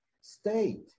state